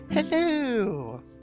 Hello